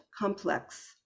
complex